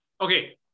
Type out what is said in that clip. Okay